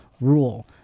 rule